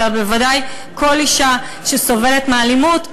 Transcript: אלא בוודאי כל אישה שסובלת מאלימות,